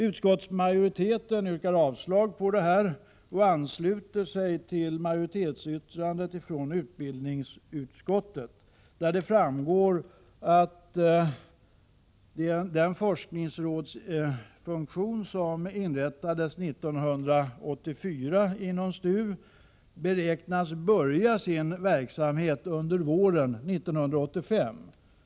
Utskottsmajoriteten yrkar på avslag och ansluter sig till utbildningsutskottets majoritetsyttrande, av vilket framgår att den forskningsrådsfunktion som inrättades 1984 inom STU beräknas börja sin verksamhet under våren 1985.